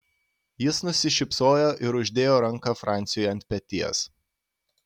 jis nusišypsojo ir uždėjo ranką franciui ant peties